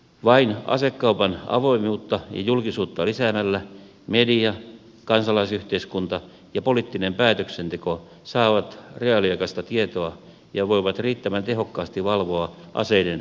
vain asekaupan avoimuutta ja julkisuutta lisäämällä media kansalaisyhteiskunta ja poliittinen päätöksenteko saavat reaaliaikaista tietoa ja voivat riittävän tehokkaasti valvoa aseiden vientiä